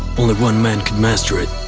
only one man could master it.